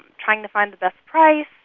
trying to find the best price.